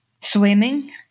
swimming